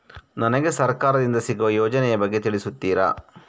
ನನಗೆ ಸರ್ಕಾರ ದಿಂದ ಸಿಗುವ ಯೋಜನೆ ಯ ಬಗ್ಗೆ ತಿಳಿಸುತ್ತೀರಾ?